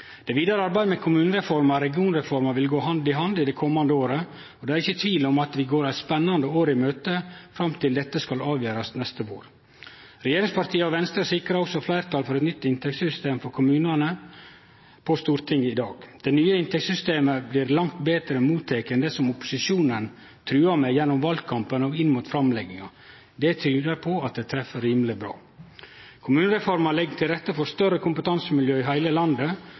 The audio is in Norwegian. vidare arbeidet med kommunereforma og regionreforma vil gå hand i hand det komande året, og det er ikkje tvil om at vi går eit spennande år i møte fram til at dette skal avgjerast neste vår. Regjeringspartia og Venstre sikrar i dag også fleirtal på Stortinget for eit nytt inntektssystem for kommunane. Det nye inntektssystemet har blitt langt betre motteke enn det som opposisjonen trua med gjennom valkampen og inn mot framlegginga. Det tyder på at det treffer rimeleg bra. Kommunereforma legg til rette for større kompetansemiljø i heile landet,